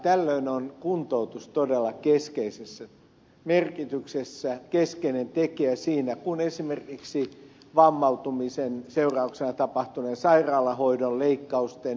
tällöin on kuntoutus todella keskeisessä merkityksessä keskeinen tekijä siinä kun esimerkiksi vammautumisen seurauksena tapahtuneen sairaalahoidon leikkausten ja niin edelleen